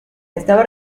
estaba